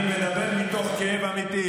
אני מדבר מתוך כאב אמיתי,